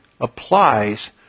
applies